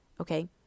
Okay